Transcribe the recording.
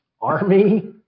Army